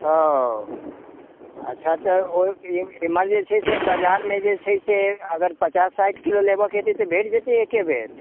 ओ अच्छा तऽ एम्हर जे छै से बजारमे जे छै से अगर पचास साठि किलो लेबैके हेतै तऽ भेट जेतै एक्के बेर